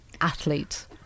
athlete